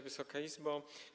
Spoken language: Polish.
Wysoka Izbo!